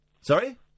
Sorry